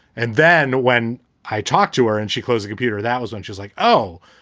and then when i talked to her and she closed the computer, that was one. she's like, oh,